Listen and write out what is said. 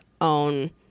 own